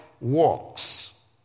works